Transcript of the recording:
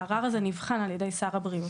והערר הזה נבחן על ידי שר הבריאות.